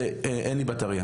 זה: אין לי בטרייה.